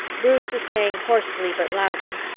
bruce was saying hoarsely but loudly,